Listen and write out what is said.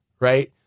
right